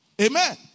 Amen